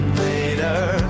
later